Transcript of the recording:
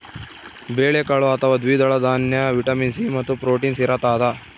ಬೇಳೆಕಾಳು ಅಥವಾ ದ್ವಿದಳ ದಾನ್ಯ ವಿಟಮಿನ್ ಸಿ ಮತ್ತು ಪ್ರೋಟೀನ್ಸ್ ಇರತಾದ